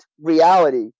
reality